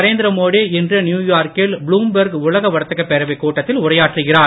நரேந்திர மோடி இன்று நியுயார்கில் புளும்பெர்க் உலக வர்த்தக பேரவை கூட்டத்தில் உரையாற்றுகிறார்